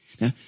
Now